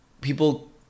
People